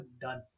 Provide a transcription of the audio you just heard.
done